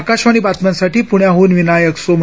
आकाशवाणीबातम्यांसाठी पुण्याहुन विनायकसोमणी